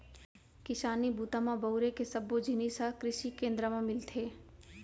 किसानी बूता म बउरे के सब्बो जिनिस ह कृसि केंद्र म मिलथे